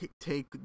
take